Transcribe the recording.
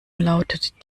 lautet